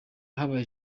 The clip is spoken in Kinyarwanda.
habaye